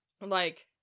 like-